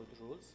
rules